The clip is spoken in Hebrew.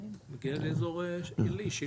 מגיע לאזור ליש שילה.